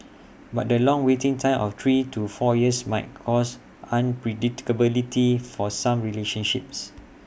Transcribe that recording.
but the long waiting time of three to four years might cause unpredictability for some relationships